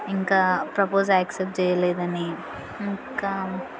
ఇంకా propose accept చేయలేదని ఇంకా